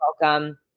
welcome